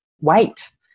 wait